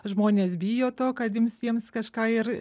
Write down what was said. žmonės bijo to kad ims jiems kažką ir